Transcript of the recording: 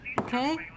okay